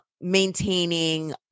maintaining